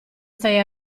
stai